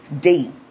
date